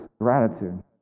gratitude